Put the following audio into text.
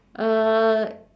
uh